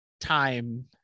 time